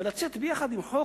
ולצאת ביחד עם חוק,